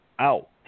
out